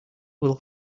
will